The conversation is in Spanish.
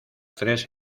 tres